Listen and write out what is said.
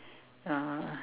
uh